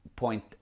Point